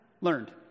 Learned